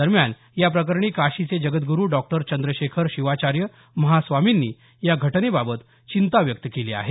दरम्यान याप्रकरणी काशीचे जगद्रुरू डॉक्टर चंद्रशेखर शिवाचार्य महास्वामींनी या घटनेबाबत चिंता व्यक्त केली आहे